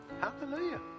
Hallelujah